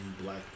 black